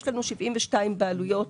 יש לנו 72 בעלויות